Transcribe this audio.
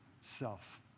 self